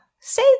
Say